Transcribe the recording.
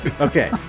Okay